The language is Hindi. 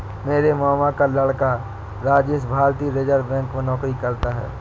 मेरे मामा का लड़का राजेश भारतीय रिजर्व बैंक में नौकरी करता है